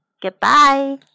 Goodbye